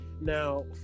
Now